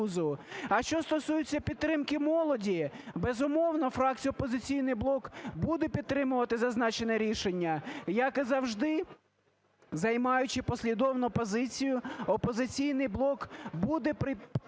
А що стосується підтримки молоді, безумовно, фракція "Опозиційний блок" буде підтримувати зазначене рішення. Як і завжди, займаючи послідовну позицію, "Опозиційний блок" буде підтримувати